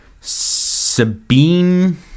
Sabine